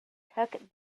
tuck